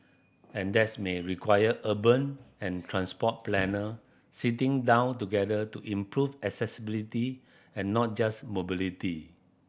and that's may require urban and transport planner sitting down together to improve accessibility and not just mobility